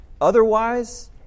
Otherwise